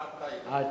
א-טייבה.